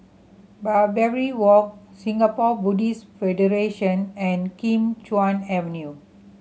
Barbary Walk Singapore Buddhist Federation and Kim Chuan Avenue